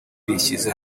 bishyize